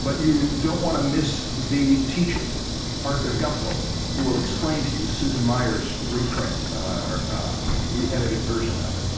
but you don't want to miss the teacher arthur guptill who will explain to you susan myers reprint our re-edited version of it